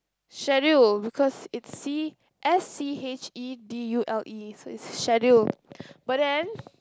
schedule because it's see S_C_H_E_D_U_L_E so it's schedule but then